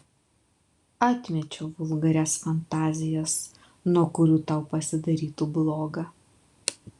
atmečiau vulgarias fantazijas nuo kurių tau pasidarytų bloga